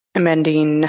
amending